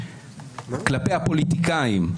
כלפי הפוליטיקאים,